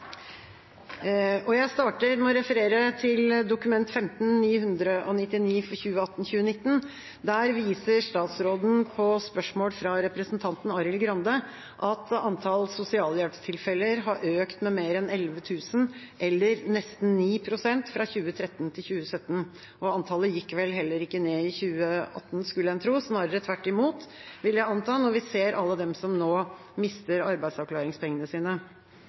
Jeg vil starte med å referere til Dokument nr. 15:999 for 2018–2019. Der viser statsråden, på spørsmål fra representanten Arild Grande, til at antallet sosialhjelpstilfeller har økt med mer enn 11 000, eller nesten 9 pst., fra 2013 til 2017. Antallet gikk vel heller ikke ned i 2018, skulle en tro – snarere tvert imot, vil jeg anta, når vi ser alle dem som nå mister arbeidsavklaringspengene sine.